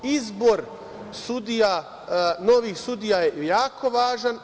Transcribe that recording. Izbor sudija, novih sudija je jako važan.